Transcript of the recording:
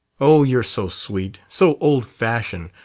oh, you're so sweet, so old-fashioned!